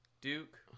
Duke